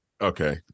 Okay